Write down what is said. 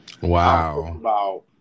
Wow